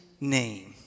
name